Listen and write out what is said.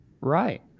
right